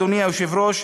אדוני היושב-ראש,